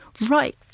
right